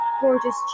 gorgeous